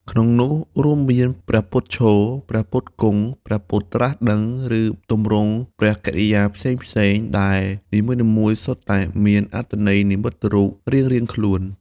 ក្នុងនោះ រួមមាន ព្រះពុទ្ធឈរ ព្រះពុទ្ធគង់ ព្រះពុទ្ធត្រាស់ដឹង ឬទម្រង់ព្រះកិរិយាផ្សេងៗ ដែលនីមួយៗសុទ្ធតែមានអត្ថន័យនិមិត្តរូបរៀងៗខ្លួន។